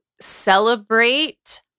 celebrate